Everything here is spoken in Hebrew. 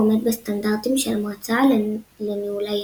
עומד בסטנדרטים של המועצה לניהול היערות.